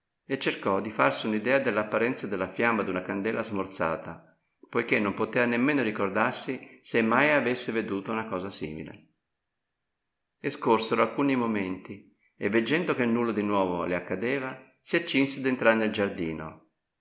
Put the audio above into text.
e cercò di farsi un'idea dell'apparenza della fiamma d'una candela smorzata poichè non potea nemmeno ricordarsi se mai avesse veduta una cosa simile e scorsero alcuni momenti e veggendo che nulla di nuovo le accadeva si accinse ad entrare nel giardino